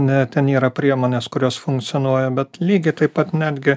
ne ten yra priemonės kurios funkcionuoja bet lygiai taip pat netgi